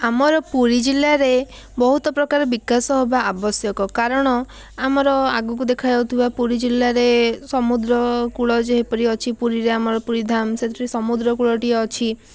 ଆମର ପୁରୀ ଜିଲ୍ଲାରେ ବହୁତ ପ୍ରକାର ବିକାଶ ହଏବା ଆବଶ୍ୟକ କାରଣ ଆମର ଆଗୁକୁ ଦେଖା ଯାଉଥିବା ପୁରୀ ଜିଲ୍ଲାରେ ସମୁଦ୍ର କୂଳ ଯେପରି ଅଛି ଆମର ପୁରୀରେ ପୁରୀ ଧାମ ସେଥିରେ ସମୁଦ୍ର କୂଳଟିଏ ଅଛି